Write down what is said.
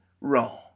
wrong